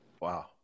Wow